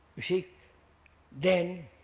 you see then,